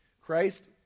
Christ